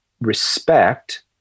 respect